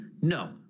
No